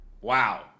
Wow